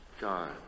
God